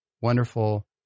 wonderful